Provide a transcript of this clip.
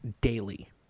daily